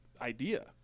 Idea